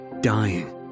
dying